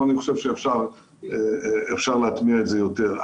אבל אני חושב שאפשר להטמיע את זה יותר.